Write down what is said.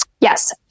Yes